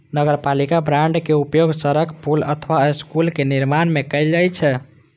नगरपालिका बांड के उपयोग सड़क, पुल अथवा स्कूलक निर्माण मे कैल जाइ छै